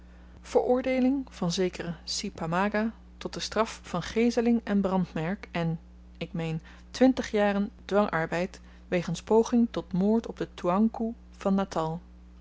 veroordeeling van zekeren si pamaga tot de straf van geeseling en brandmerk en ik meen twintigjarigen dwangarbeid wegens poging tot moord op den toeankoe van natal